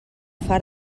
far